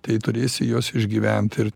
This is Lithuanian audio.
tai turėsi juos išgyvent ir